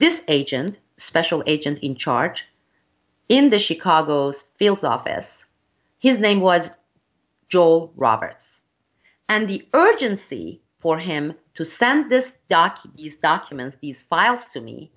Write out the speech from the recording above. this agent special agent in charge in the chicago's field office his name was joel roberts and the urgency for him to send this dr these documents these files to me